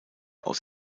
aus